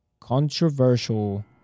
controversial